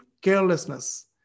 carelessness